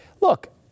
look